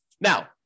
now